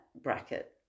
bracket